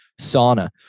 sauna